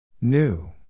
New